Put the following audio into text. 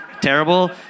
terrible